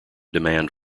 demand